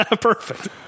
Perfect